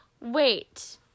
Wait